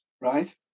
right